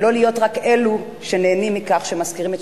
ולא להיות רק אלה שנהנים מכך שמזכירים את